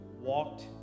walked